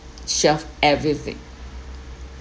shoved everything